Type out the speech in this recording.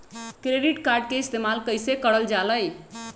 Credit card के इस्तेमाल कईसे करल जा लई?